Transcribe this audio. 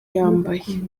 yambaye